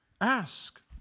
Ask